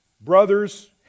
brother's